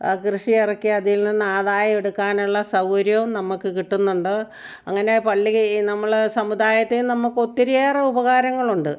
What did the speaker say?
കൃഷിയിറക്കി അതിൽ നിന്ന് ആദായം എടുക്കാനുള്ള സൗകര്യവും നമുക്ക് കിട്ടുന്നുണ്ട് അങ്ങനെ പള്ളി നമ്മൾ സമുദായത്തിൽ നിന്ന് നമുക്ക് ഒത്തിരിയേറെ ഉപകാരങ്ങളുണ്ട്